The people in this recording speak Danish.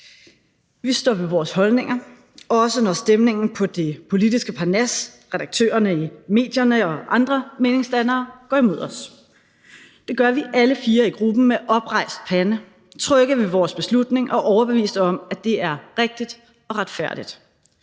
Vi står ved vores holdninger, også når stemningen på det politiske parnas, redaktørerne i medierne og andre meningsdannere går imod os. Det gør vi alle fire i gruppen med oprejst pande, trygge ved vores beslutning og overbeviste om, at det er rigtigt og retfærdigt.